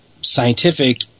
scientific